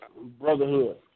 Brotherhood